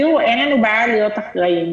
תראו, אין לנו בעיה להיות אחראים,